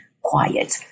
quiet